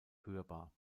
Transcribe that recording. hörbar